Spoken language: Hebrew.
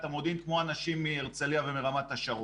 המודיעין כמו אנשים מהרצליה ורמת השרון.